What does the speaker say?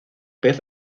pez